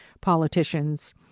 politicians